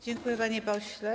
Dziękuję, panie pośle.